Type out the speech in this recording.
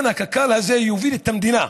לכן הקק"ל הזאת תוביל את המדינה,